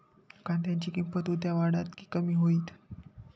कांद्याची किंमत उद्या वाढात की कमी होईत?